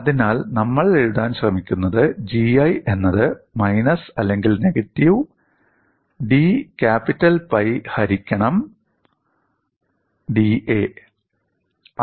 അതിനാൽ നമ്മൾ എഴുതാൻ ശ്രമിക്കുന്നത് GI എന്നത് "minus negative d capital pi ഹരിക്കണം dA"